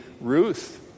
Ruth